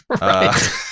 Right